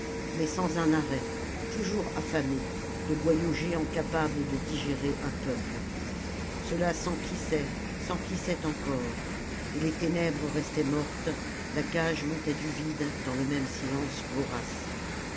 mais sans un arrêt toujours affamé de boyaux géants capables de digérer un peuple cela s'emplissait s'emplissait encore et les ténèbres restaient mortes la cage montait du vide dans le même silence vorace